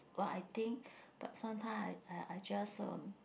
what I think but sometime I I I just um